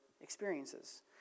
experiences